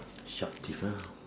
sharp teeth ah